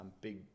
big